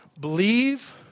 believe